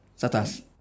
Satas